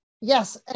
Yes